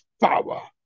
power